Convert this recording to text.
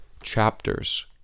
chapters